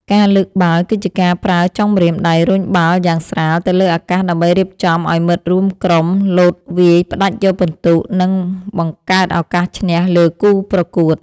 ការលើកបាល់គឺជាការប្រើចុងម្រាមដៃរុញបាល់យ៉ាងស្រាលទៅលើអាកាសដើម្បីរៀបចំឱ្យមិត្តរួមក្រុមលោតវាយផ្ដាច់យកពិន្ទុ និង បង្កើតឱកាសឈ្នះលើគូប្រកួត។